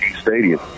Stadium